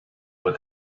what